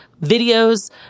videos